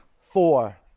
four